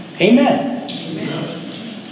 Amen